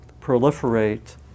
proliferate